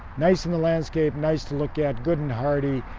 nice on the landscape, nice to look at, good and hearty,